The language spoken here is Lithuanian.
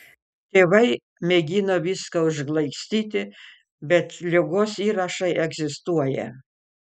tėvai mėgino viską užglaistyti bet ligos įrašai egzistuoja